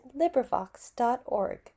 LibriVox.org